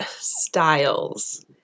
Styles